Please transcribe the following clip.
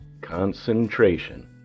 Concentration